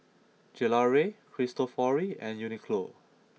Gelare Cristofori and Uniqlo